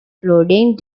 flooding